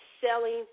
selling